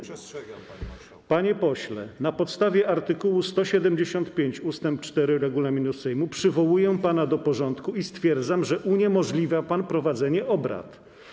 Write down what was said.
Panie pośle, na podstawie art. 175 ust. 4 regulaminu Sejmu przywołuję pana do porządku i stwierdzam, że uniemożliwia pan prowadzenie obrad.